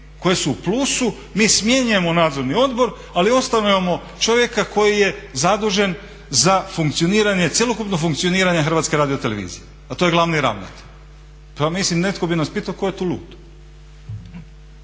koje su u plusu, mi smjenjujemo Nadzorni odbor ali ostavljamo čovjeka koji je zadužen za funkcioniranje, cjelokupno funkcioniranje HRT-a, a to je glavni ravnatelj. Pa mislim netko bi nas pitao tko je tu lud.